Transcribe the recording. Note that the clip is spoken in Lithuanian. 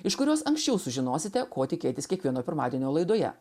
iš kurios anksčiau sužinosite ko tikėtis kiekvieno pirmadienio laidoje